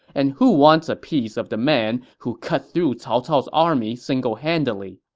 and who wants a piece of the man who cut through cao cao's army singlehandedly?